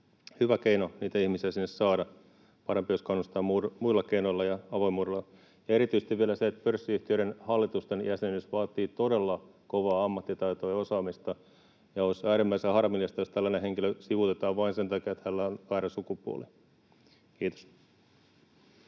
hyvä keino niitä ihmisiä sinne saada. Parempi olisi kannustaa muilla keinoilla ja avoimuudella. Erityisesti vielä se, että pörssiyhtiöiden hallitusten jäsenyys vaatii todella kovaa ammattitaitoa ja osaamista ja olisi äärimmäisen harmillista, jos tällainen henkilö sivuutetaan vain sen takia, että hänellä on väärä sukupuoli. — Kiitos.